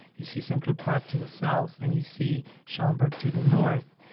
you see central park to the south, and you see schomburg to the north.